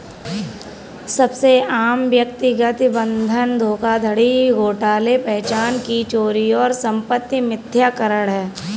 सबसे आम व्यक्तिगत बंधक धोखाधड़ी घोटाले पहचान की चोरी और संपत्ति मिथ्याकरण है